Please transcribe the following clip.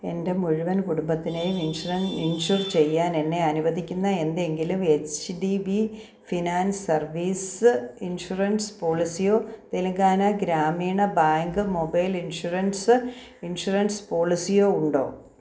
എൻ്റെ മുഴുവൻ കുടുംബത്തിനെയും ഇൻഷുറൻ ഇൻഷുർ ചെയ്യാൻ എന്നെ അനുവദിക്കുന്ന എന്തെങ്കിലും H D B finance service insurance പോളിസിയോ Telangana Grameena bank mobile insurance insurance പോളിസിയോ ഉണ്ടോ